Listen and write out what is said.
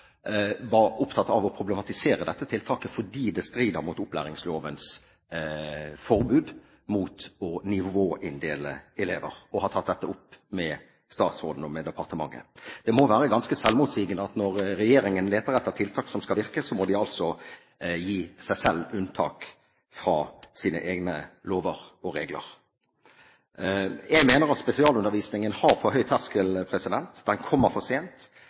var opptatt av å problematisere dette tiltaket fordi det strider mot opplæringslovens forbud mot å nivåinndele elever, og har tatt dette opp med statsråden og med departementet. Det må være ganske selvmotsigende at når regjeringen leter etter tiltak som skal virke, må de gi seg selv unntak fra sine egne lover og regler. Jeg mener at spesialundervisningen har for høy terskel, den kommer for sent,